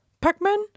Pac-Man